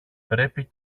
πρέπει